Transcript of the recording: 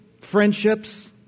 friendships